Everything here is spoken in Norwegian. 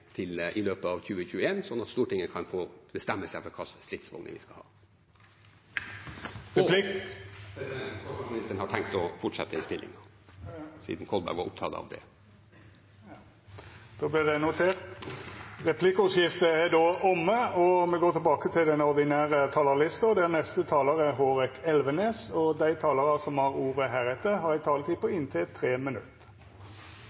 Stortinget i løpet av 2021, slik at Stortinget kan få bestemme seg for hva slags stridsvogner vi skal ha. Forsvarsministeren har tenkt å fortsette i stillingen – siden Kolberg var opptatt av det. Replikkordskiftet er omme. Dei talarane som heretter får ordet, har ei taletid på